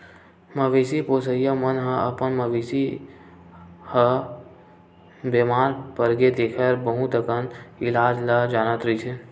मवेशी पोसइया मन ह अपन मवेशी ह बेमार परगे तेखर बहुत अकन इलाज ल जानत रहिथे